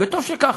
וטוב שכך.